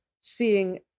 seeing